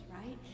right